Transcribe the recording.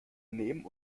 nehmen